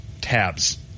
Tabs